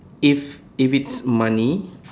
if if it's money